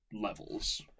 levels